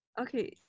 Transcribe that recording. Okay